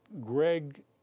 Greg